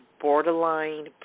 borderline